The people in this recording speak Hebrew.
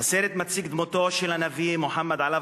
הסרט מציג את דמותו של הנביא מוחמד עליו